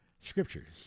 scriptures